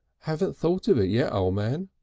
haven't thought of it yet, o' man.